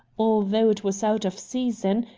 although it was out of season,